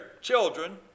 children